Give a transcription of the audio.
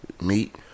Meat